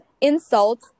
Insult